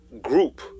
group